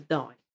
die